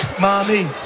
Mommy